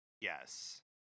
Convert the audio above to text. Yes